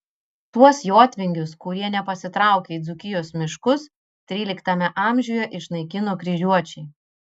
tuos jotvingius kurie nepasitraukė į dzūkijos miškus tryliktame amžiuje išnaikino kryžiuočiai